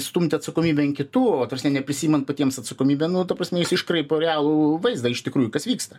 stumti atsakomybę ant kitų ta prasme neprisiimant patiems atsakomybę nu ta prasme jis iškraipo realų vaizdą iš tikrųjų kas vyksta